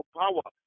power